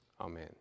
Amen